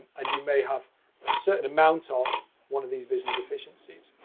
and you may have a certain amount of one of these vision deficiencies.